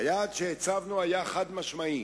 היעד שהצבנו היה חד-משמעי: